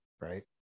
right